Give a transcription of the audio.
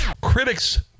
Critics